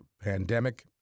pandemic